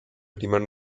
primer